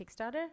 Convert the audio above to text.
Kickstarter